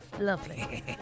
Lovely